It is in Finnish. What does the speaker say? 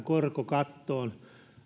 korkokattoon